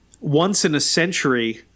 once-in-a-century